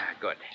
Good